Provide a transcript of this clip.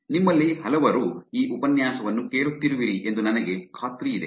ನಿಮ್ಮಲ್ಲಿ ಹಲವರು ಈ ಉಪನ್ಯಾಸವನ್ನು ಕೇಳುತ್ತಿರುವಿರಿ ಎಂದು ನನಗೆ ಖಾತ್ರಿಯಿದೆ